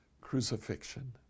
crucifixion